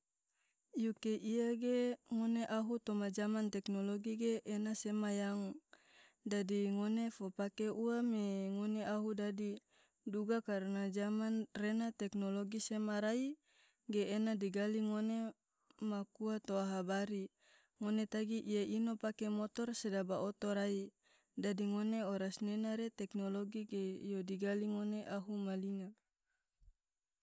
yuke iya ge ngone ahu toma zaman teknologi ge ena sema yang, dadi ngone fo pake ua me ngone ahu dadi. duga karna zaman rena teknologi sema rai ge ena digali ngone makuua toa habari, ngone tagi iya ino pake motor sedaba oto rai. dadi ngone oras nena re teknologi ge yo digali ngone ahu ma linga.